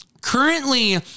Currently